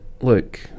look